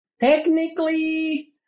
technically